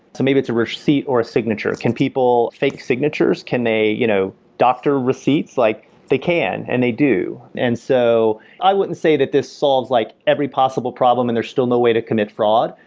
maybe it's a receipt, or a signature. can people fake signatures? can they you know doctor receipts? like they can and they do and so i wouldn't say that this solves like every possible problem and there's still no way to commit fraud.